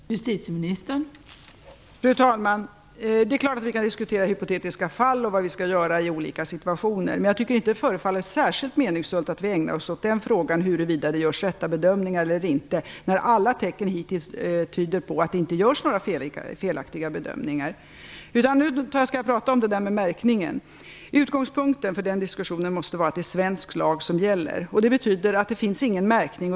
Fru talman! Det är klart att vi kan diskutera hypotetiska fall och vad vi skall göra i olika situationer. Men jag tycker inte att det förefaller särskilt meningsfullt att vi ägnar oss åt frågan huruvida det görs riktiga bedömningar eller inte, när alla tecken hittills tyder på att det inte görs några felaktiga bedömningar. Nu skall jag prata om märkningen. Utgångspunkten för den diskussionen måste vara att det är svensk lag som gäller. Det betyder att det inte finns någon märkning.